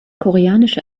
koreanische